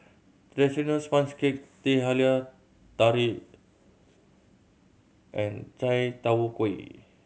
traditional sponge cake Teh Halia Tarik and chai tow kway